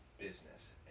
business